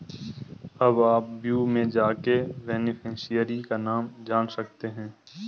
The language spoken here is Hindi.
अब आप व्यू में जाके बेनिफिशियरी का नाम जान सकते है